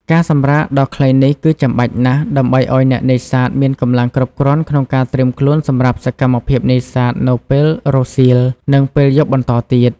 ការសម្រាកដ៏ខ្លីនេះគឺចាំបាច់ណាស់ ដើម្បីឲ្យអ្នកនេសាទមានកម្លាំងគ្រប់គ្រាន់ក្នុងការត្រៀមខ្លួនសម្រាប់សកម្មភាពនេសាទនៅពេលរសៀល និងពេលយប់បន្តទៀត។